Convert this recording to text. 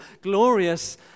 glorious